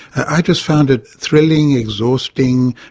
i just found it thrilling, exhausting,